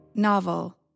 Novel